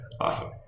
Awesome